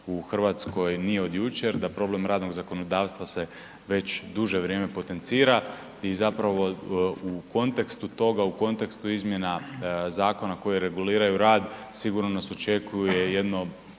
u Hrvatskoj nije od jučer, da problem radnog zakonodavstva se već duže vrijeme potencira i zapravo u kontekstu toga, u kontekstu izmjena zakona koji reguliraju rad sigurno nas očekuje jedno